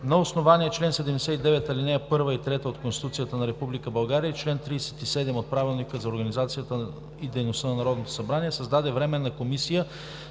на основание чл. 79, ал. 1 и 3 от Конституцията на Република България и чл. 37 от Правилника за организацията и дейността на Народното събрание създаде Временна комисия